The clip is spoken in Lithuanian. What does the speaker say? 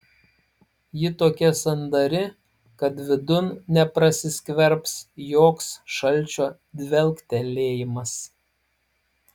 ji tokia sandari kad vidun neprasiskverbs joks šalčio dvelktelėjimas